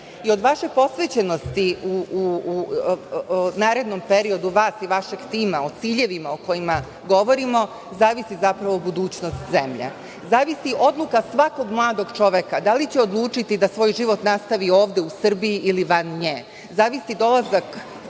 i od vaše posvećenosti u narednom periodu vas i vašeg tima, o ciljevima o kojima govorimo, zavisi budućnost zemlje, zavisi odluka svakog mladog čoveka da li će odlučiti da svoj život nastavi ovde u Srbiji ili van nje, zavisi dolazak